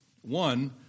One